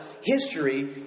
history